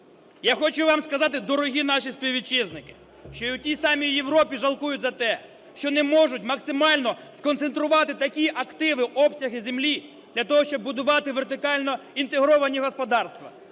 Я хочу вам сказати, дорогі наші співвітчизники, що і у тій самій Європі жалкують за те, що не можуть максимально сконцентрувати такі активи, обсяги землі для того, щоб будувати вертикально інтегровані господарства,